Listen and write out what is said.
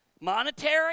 Monetary